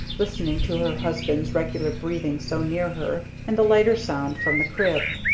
listening to her husband's regular breathing so near her, and the lighter sound from the crib.